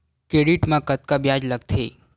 Credit मा कतका ब्याज लगथे?